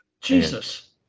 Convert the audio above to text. Jesus